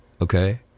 Okay